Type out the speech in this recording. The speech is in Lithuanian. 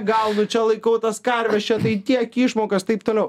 gaunu čia laikau tas karves čia tai tiek išmokas taip toliau